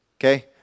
Okay